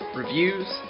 reviews